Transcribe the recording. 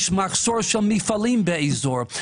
יש מחסור של מפעלים באזור.